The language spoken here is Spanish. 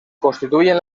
constituyen